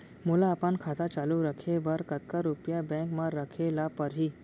मोला अपन खाता चालू रखे बर कतका रुपिया बैंक म रखे ला परही?